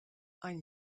ein